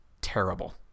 Terrible